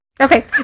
Okay